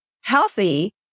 healthy